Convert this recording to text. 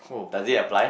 does it apply